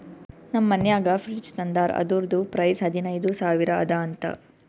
ನಮ್ ಮನ್ಯಾಗ ಫ್ರಿಡ್ಜ್ ತಂದಾರ್ ಅದುರ್ದು ಪ್ರೈಸ್ ಹದಿನೈದು ಸಾವಿರ ಅದ ಅಂತ